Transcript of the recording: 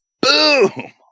boom